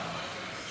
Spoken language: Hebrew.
ו-41.